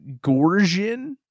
Gorgian